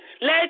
Let